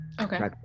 okay